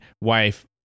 wife